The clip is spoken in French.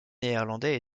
néerlandais